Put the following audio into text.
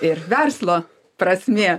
ir verslo prasmė